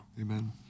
Amen